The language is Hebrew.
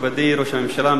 מכובדי ראש הממשלה,